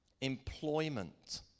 employment